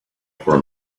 for